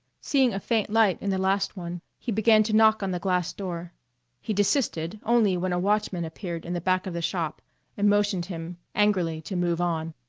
seeing a faint light in the last one, he began to knock on the glass door he desisted only when a watchman appeared in the back of the shop and motioned him angrily to move on.